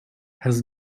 has